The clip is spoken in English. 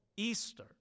Easter